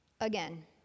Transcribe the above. Again